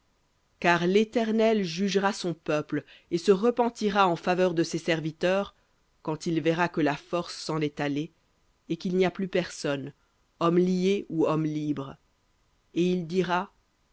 car l'éternel jugera son peuple et se repentira en faveur de ses serviteurs quand il verra que la force s'en est allée et qu'il n'y a plus personne homme lié ou homme libre et il dira